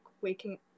waking